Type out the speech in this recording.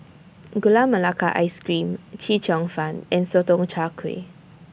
Gula Melaka Ice Cream Chee Cheong Fun and Sotong Char Kway